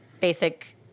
basic –